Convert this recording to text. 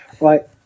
right